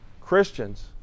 Christians